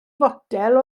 fotel